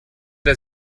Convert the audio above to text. der